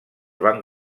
van